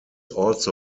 also